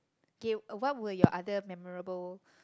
k what would your other memorable